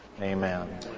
Amen